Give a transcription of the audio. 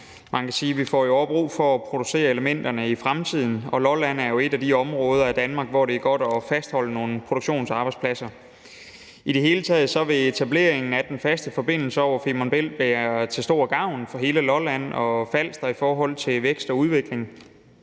Man kan sige, at vi jo også får brug for at producere elementerne i fremtiden, og Lolland er jo et af de områder i Danmark, hvor det er godt at fastholde nogle produktionsarbejdspladser. I det hele taget vil etableringen af den faste forbindelse over Femern Bælt være til stor gavn for hele Lolland-Falster i forhold til vækst og udvikling.